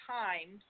time